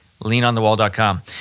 leanonthewall.com